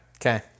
Okay